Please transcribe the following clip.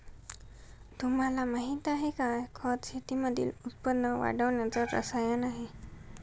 तुम्हाला माहिती आहे का? खत शेतीमधील उत्पन्न वाढवण्याच रसायन आहे